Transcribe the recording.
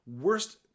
worst